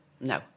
no